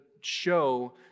show